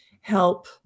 help